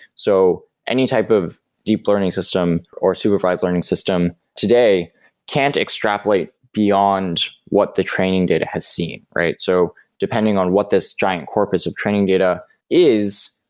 so any type of deep learning system or supervised learning system today can't extrapolate beyond what the training data has seen. so depending on what this giant corpus of training data is,